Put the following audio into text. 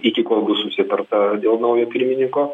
iki kol bus susitarta dėl naujo pirmininko